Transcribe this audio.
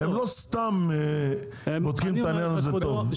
הם לא סתם בודקים את העניין הזה טוב,